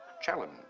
challenge